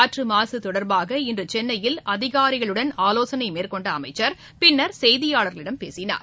காற்று மாசு தொடர்பாக இன்று சென்னையில் அதிகாரிகளுடன் ஆலோசனை மேற்கொண்ட அமைச்சர் பின்னர் செய்தியாளர்களிடம் பேசினார்